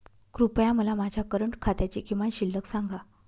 कृपया मला माझ्या करंट खात्याची किमान शिल्लक सांगा